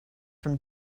from